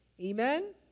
Amen